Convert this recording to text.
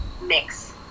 mix